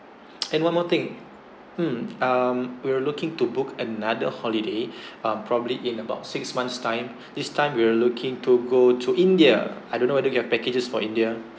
and one more thing mm um we're looking to book another holiday um probably in about six months time this time we're looking to go to india I don't know whether you have packages for india